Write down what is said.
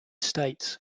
states